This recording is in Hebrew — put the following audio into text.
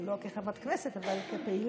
לא כחברת כנסת אבל כפעילה.